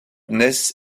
ness